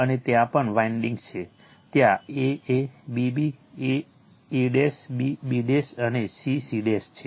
અને ત્યાં પણ વાઇન્ડીંગ્સ છે ત્યાં a a b b a a b b અને c c છે